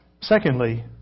Secondly